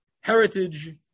heritage